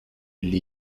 elli